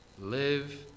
Live